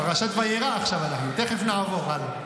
פרשת וירא עכשיו אנחנו, תיכף נעבור הלאה.